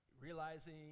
realizing